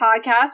podcast